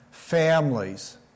Families